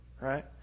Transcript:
right